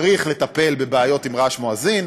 צריך לטפל בבעיות עם רעש מואזין,